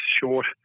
short